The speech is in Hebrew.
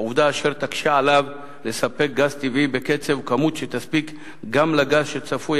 עובדה אשר תקשה עליו לספק גז טבעי בקצב וכמות שיספיקו גם לכיסוי הגז שצפוי